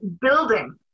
building